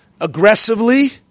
aggressively